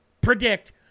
predict